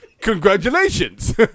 Congratulations